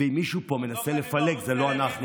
אם מישהו מנסה לפלג זה לא אנחנו,